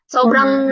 Sobrang